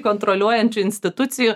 kontroliuojančių institucijų